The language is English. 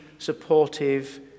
supportive